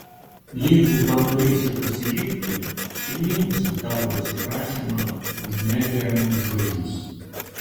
jeigu panorėsi pasilikti priimsiu tavo atsiprašymą už nederamus žodžius